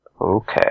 Okay